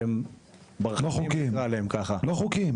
שהם לא חוקיים.